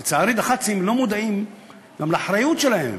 לצערי, דח"צים לא מודעים גם לאחריות שלהם.